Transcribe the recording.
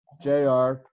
JR